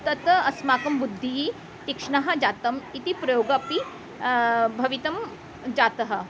तत् अस्माकं बुद्धिः तीक्ष्णः जातम् इति प्रयोगः अपि भवितुं जातः